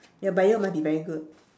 your bio must be very good